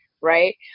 right